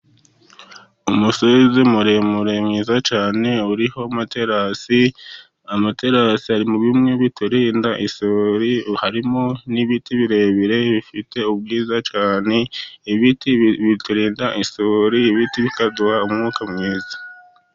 Umusozi muremure mwiza cyane, uriho amaterasi. Amaterasi ari muri bimwe biturinda isuri, harimo n'ibiti birebire bifite ubwiza cyane, ibiti biturinda isuri, ibiti bikaduha umwuka mwiza.